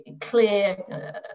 clear